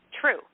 true